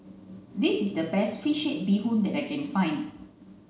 this is the best fish head bee hoon that I can find